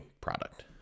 product